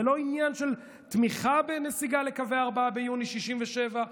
זה לא עניין של תמיכה בנסיגה לקווי 4 ביוני 67'